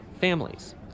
families